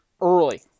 early